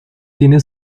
tiene